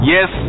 Yes